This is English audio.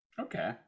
Okay